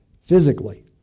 physically